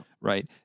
right